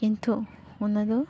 ᱠᱤᱱᱛᱩ ᱚᱱᱟ ᱫᱚ